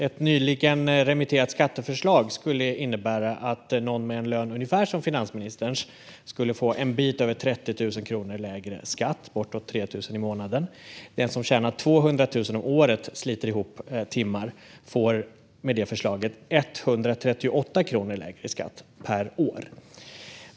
Ett nyligen remitterat skatteförslag skulle innebära att någon med lön ungefär som finansministerns skulle få en bit över 30 000 kronor lägre skatt, bortåt 3 000 kronor i månaden. Den som tjänar 200 000 kronor om året och sliter ihop timmar får med det förslaget 138 kronor lägre skatt per år.